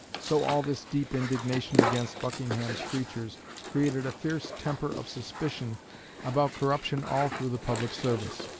so all this deep indignation against buckingham's creatures created a fierce temper of suspicion about corruption all through the public service.